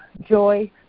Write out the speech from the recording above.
joy